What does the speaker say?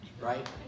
right